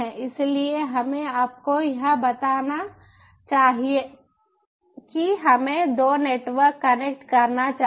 इसलिए हमें आपको यह बताना चाहिए कि हमें 2 नेटवर्क कनेक्ट करना चाहिए